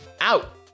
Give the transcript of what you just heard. out